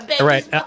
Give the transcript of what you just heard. Right